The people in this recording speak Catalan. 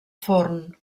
forn